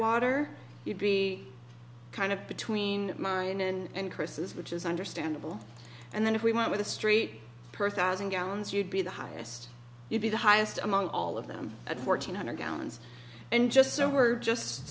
firewater you'd be kind of between mine and curses which is understandable and then if we want with a street perth thousand gallons you'd be the highest you'd be the highest among all of them at fourteen hundred gallons and just so we're just